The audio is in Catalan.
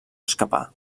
escapar